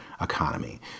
economy